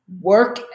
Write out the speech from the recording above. work